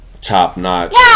top-notch